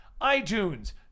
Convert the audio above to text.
iTunes